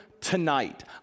tonight